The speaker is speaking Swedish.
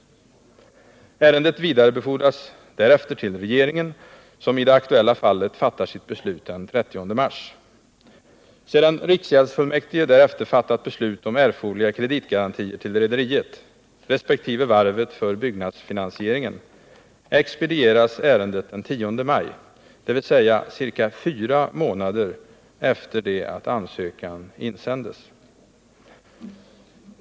Ärendet vidarebefordras därefter till regeringen, som i det aktuella fallet fattar sitt beslut den 30 mars. Sedan riksgäldsfullmäktige därefter fattat beslut om erforderliga kreditgarantier till rederiet, resp. varvet för byggnadsfinansieringen, expedieras ärendet den 10 maj — dvs. ca fyra månader efter det ansökan insändes.